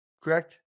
correct